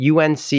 UNC